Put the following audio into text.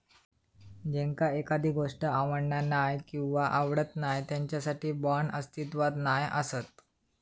ज्यांका एखादी गोष्ट आवडना नाय किंवा आवडत नाय त्यांच्यासाठी बाँड्स अस्तित्वात नाय असत